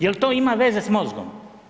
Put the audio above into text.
Jel to ima veze s mozgom?